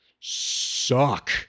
suck